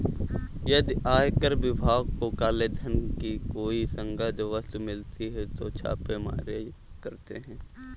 यदि आयकर विभाग को काले धन की कोई संदिग्ध वस्तु मिलती है तो वे छापेमारी करते हैं